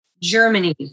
Germany